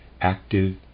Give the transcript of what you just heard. active